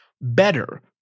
better